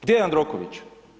Gdje je Jandroković?